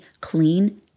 clean